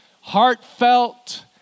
heartfelt